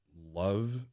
love